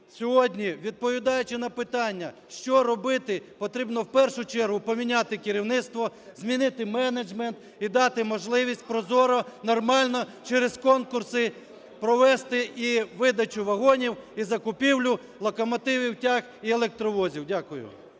сьогодні, відповідаючи на питання, що робити, потрібно в першу чергу поміняти керівництво, змінити менеджмент і дати можливість прозоро, нормально через конкурси провести і видачу вагонів, і закупівлю локомотивів… і електровозів. Дякую.